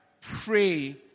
pray